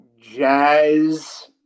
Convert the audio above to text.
jazz